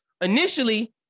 initially